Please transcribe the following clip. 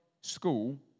school